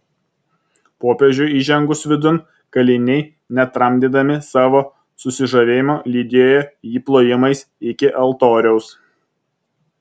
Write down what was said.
popiežiui įžengus vidun kaliniai netramdydami savo susižavėjimo lydėjo jį plojimais iki altoriaus